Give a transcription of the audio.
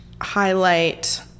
highlight